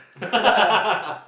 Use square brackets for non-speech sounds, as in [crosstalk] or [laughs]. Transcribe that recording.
[laughs]